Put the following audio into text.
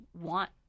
want